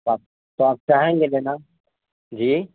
تو آپ تو آپ چاہیں گے دینا جی